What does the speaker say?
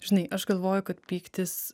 žinai aš galvoju kad pyktis